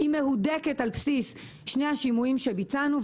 היא מהודקת על בסיס שני השימועים שביצענו.